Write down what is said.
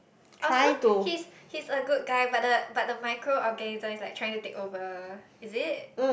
oh so he's he's a good guy but the but the micro organism is like trying to take over is it